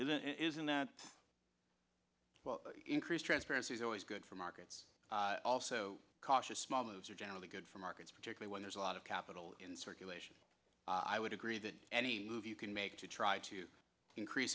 isn't isn't that increase transparency is always good for markets also cautious small moves are generally good for markets particularly when there's a lot of capital in circulation i would agree that any move you can make to try to increase